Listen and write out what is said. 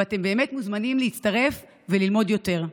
ואתם באמת מוזמנים להצטרף וללמוד יותר.